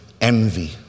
envy